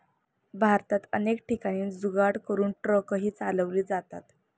भारतात अनेक ठिकाणी जुगाड करून ट्रकही चालवले जातात